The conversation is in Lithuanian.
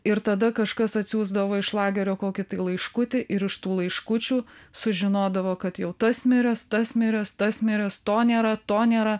ir tada kažkas atsiųsdavo iš lagerio kokį laiškutį ir iš tų laiškučių sužinodavo kad jau tas miręs tas miręs tas miręs to nėra to nėra